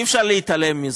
אי-אפשר להתעלם מזה.